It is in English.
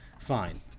fine